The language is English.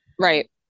Right